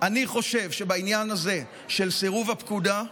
אני חושב שבעניין הזה של סירוב הפקודה,